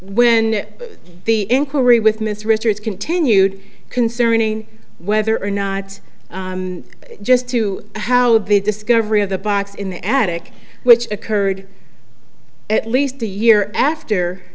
when the inquiry with mr richards continued concerning whether or not just to how the discovery of the box in the attic which occurred at least a year after